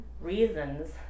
reasons